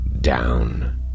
down